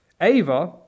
Ava